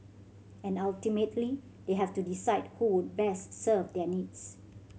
and ultimately they have to decide who would best serve their needs